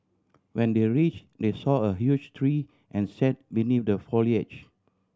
when they reach they saw a huge tree and sat beneath the foliage